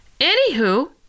Anywho